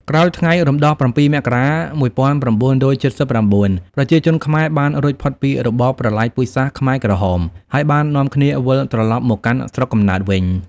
ក្រោយថ្ងៃរំដោះ ៧ មករា ១៩៧៩ ប្រជាជនខ្មែរបានរួចផុតពីរបបប្រល័យពូជសាសន៍ខ្មែរក្រហម ហើយបាននាំគ្នាវិលត្រឡប់មកកាន់ស្រុកកំណើតវិញ។